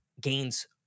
Gains